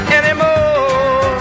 anymore